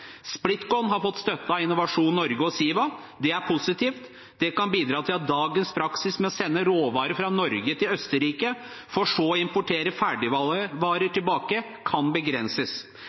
Splitkon har fått støtte av Innovasjon Norge og Siva. Det er positivt. Det kan bidra til at dagens praksis med å sende råvarer fra Norge til Østerrike for så å importere ferdigvarer tilbake, kan begrenses.